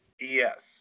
Yes